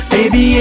Baby